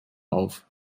auf